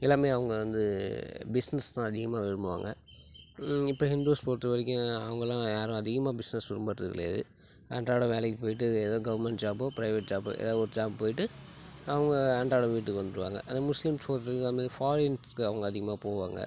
எல்லாமே அவங்க வந்து பிஸ்னஸ் தான் அதிகமாக விரும்புவாங்க இப்போ ஹிந்துஸ் பொறுத்த வரைக்கும் அவங்கெல்லாம் யாரும் அதிகமாக பிஸ்னஸ் விரும்புறது கிடையாது அன்றாடய வேலைக்கு போயிட்டு ஏதோ கவர்மெண்ட் ஜாப்போ பிரைவேட் ஜாப்போ ஏதாவது ஒரு ஜாப் போயிட்டு அவங்க அன்றாடம் வீட்டுக்கு வந்துருவாங்க அந்த முஸ்லிம்ஸ் அதுமாதிரி ஃபாரின்ஸ்க்கு அவங்க அதிகமாக போவாங்க